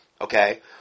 okay